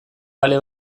bale